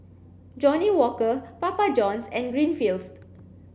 Johnnie Walker Papa Johns and Greenfields